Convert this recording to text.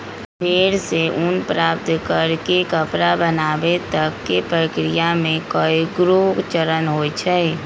भेड़ से ऊन प्राप्त कऽ के कपड़ा बनाबे तक के प्रक्रिया में कएगो चरण होइ छइ